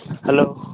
hello